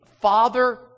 father